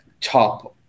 top